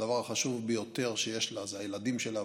שהדבר החשוב ביותר שיש לה זה הילדים שלה,